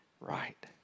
right